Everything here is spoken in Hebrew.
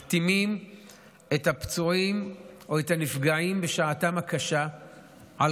מחתימים את הפצועים או את הנפגעים בשעתם הקשה על